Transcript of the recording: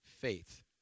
faith